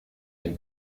den